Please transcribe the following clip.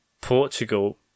Portugal